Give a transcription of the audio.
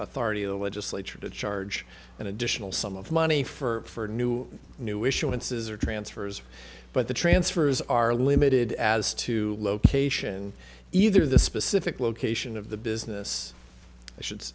authority of the legislature to charge an additional sum of money for new new issuances or transfers but the transfers are limited as to location either the specific location of the business they should